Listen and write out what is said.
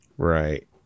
right